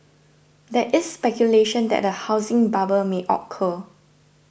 there is speculation that a housing bubble may occur